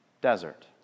Desert